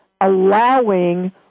allowing